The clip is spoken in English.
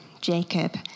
Jacob